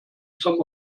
some